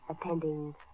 Attending